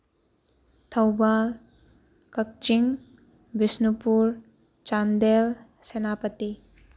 Thoubal Kakching Bishnupur Chandel Senapati